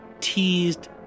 teased